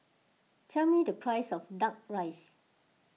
tell me the price of Duck Rice